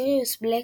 סיריוס בלק,